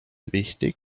wichtig